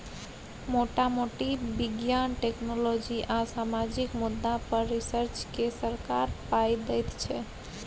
मोटा मोटी बिज्ञान, टेक्नोलॉजी आ सामाजिक मुद्दा पर रिसर्च केँ सरकार पाइ दैत छै